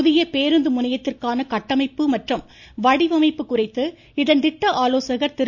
புதிய பேருந்து முனையத்திற்கான கட்டமைப்பு மற்றும் வடிவமைப்பு குறித்து இதன் திட்ட ஆலோசகர் திரு